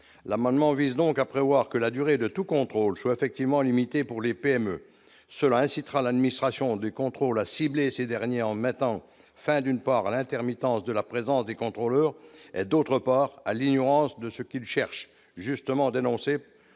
l'amendement vise donc à prévoir que la durée de tout contrôle soit effectivement limité pour les PME, cela incitera l'administration de contrôle à cibler ces derniers en mettant fin, d'une part l'intermittence de la présence des contrôleurs, d'autre part à l'ignorance de ce qu'ils cherchent justement dénoncées